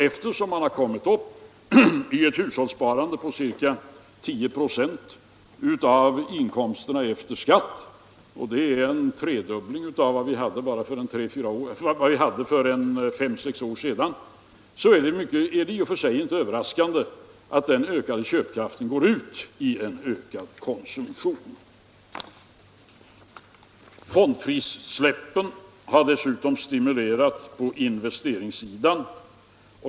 Eftersom man har kommit upp i ett hushållssparande på ca 10 96 av inkomsterna efter skatt — det är en tredubbling jämfört med sparandet för fem sex år sedan — är det i och för sig inte överraskande att den ökande köpkraften går ut i form av ökad konsumtion. Fondfrisläppen har dessutom stimulerat investeringssidan.